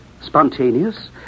spontaneous